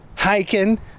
Hiking